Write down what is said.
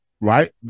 right